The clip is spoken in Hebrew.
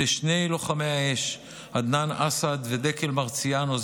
אלה שני לוחמי האש עדנאן אסעד ודקל מרציאנו,